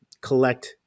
collect